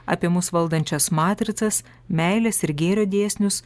apie mus valdančias matricas meilės ir gėrio dėsnius